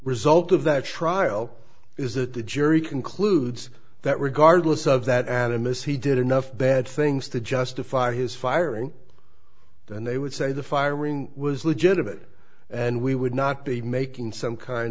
result of that trial is that the jury concludes that regardless of that animus he did enough bad things to justify his firing then they would say the firing was legitimate and we would not be making some kind